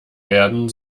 werden